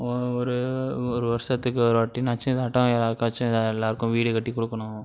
ஓ ஒரு ஒரு வருஷத்துக்கு ஒரு வாட்டினாச்சும் இதாட்டம் யாருக்காச்சும் இதை எல்லாருக்கும் வீடு கட்டிக் கொடுக்கணும்